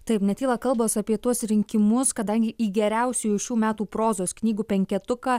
taip netyla kalbos apie tuos rinkimus kadangi į geriausiųjų šių metų prozos knygų penketuką